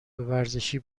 ورزشی